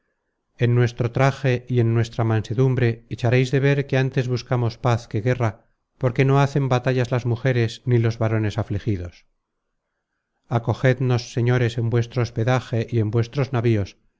en nuestro traje y en nuestra mansedumbre echaréis de ver que antes buscamos paz que guerra porque no hacen batallas las mujeres ni los varones afligidos acogednos señores en vuestro hospedaje y en vuestros navios